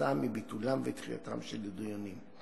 כתוצאה מביטולם ודחייתם של הדיונים.